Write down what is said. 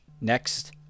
next